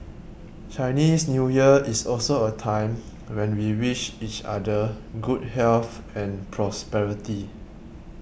Chinese New Year is also a time when we wish each other good health and prosperity